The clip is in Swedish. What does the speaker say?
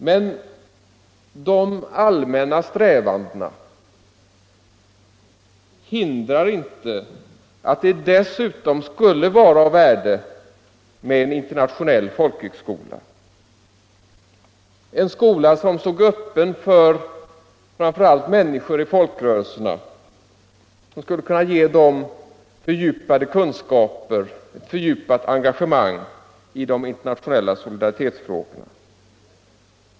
Men de allmänna strävandena hindrar inte att det dessutom skulle vara av värde med en internationell folkhögskola, en skola som stod öppen för framför allt människor i folkrörelserna och som skulle kunna ge dem fördjupade kunskaper och fördjupat engagemang i de internationella solidaritetsfrågorna.